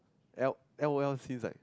L L_O_L seems like